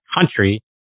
country